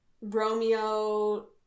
Romeo